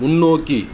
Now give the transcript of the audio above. முன்னோக்கி